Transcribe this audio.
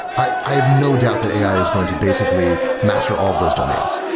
i i have no doubt that ai is going to basically master all of those domains.